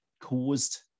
caused